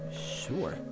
Sure